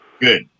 Good